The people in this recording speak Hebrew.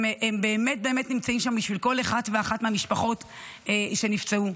הם באמת באמת נמצאים שם בשביל כל אחת מהמשפחות של הפצועים.